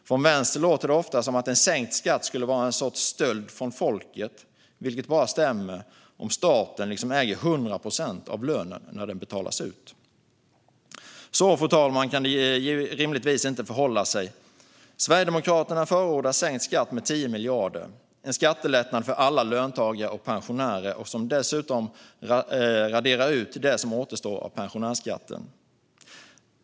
Från vänster låter det ofta som att en sänkt skatt skulle vara en sorts stöld från folket, vilket bara stämmer om staten äger 100 procent av lönen när den betalas ut. Så, fru talman, kan det rimligtvis inte förhålla sig. Sverigedemokraterna förordar sänkt skatt med 10 miljarder, en skattelättnad för alla löntagare och pensionärer som dessutom raderar bort det som återstår av pensionärsskatten.